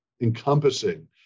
encompassing